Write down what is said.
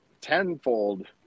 tenfold